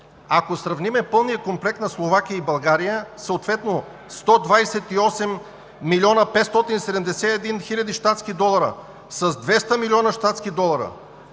Ако сравним пълния комплект на Словакия и България съответно 128 млн. 571 хил. щатски долара с 200 млн. щатски долара,